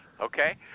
Okay